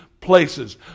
places